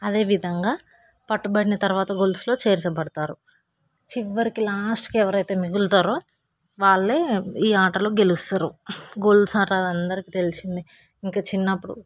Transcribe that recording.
అదేవిధంగా పట్టుబడిన తర్వాత గొలుసులో చేర్చబడతారు చివరకి లాస్ట్కి ఎవరైతే మిగులుతారో వాళ్ళు ఈ ఆటలో గెలుస్తారు గొలుశు ఆట అందరికి తెలిసిందే ఇంక చిన్నప్పుడు